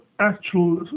actual